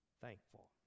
thankful